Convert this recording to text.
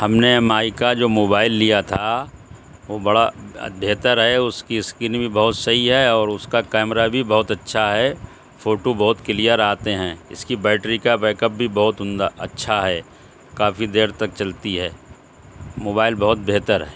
ہم نے ایم آئی کا موبائل جو لیا تھا وہ بڑا بہتر ہے اس کی اسکرین بھی بہت صحیح ہے اور اس کا کیمرا بھی بہت اچھا ہے فوٹو بہت کلیئر آتے ہیں اس کی بیٹری کا بیک اپ بھی بہت عمدہ اچھا ہے کافی دیر تک چلتی ہے موبائل بہت بہتر ہے